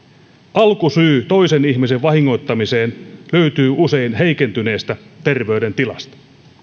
alkusyy toisen ihmisen vahingoittamiseen löytyy usein heikentyneestä terveydentilasta